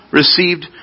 received